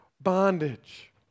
bondage